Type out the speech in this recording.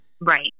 Right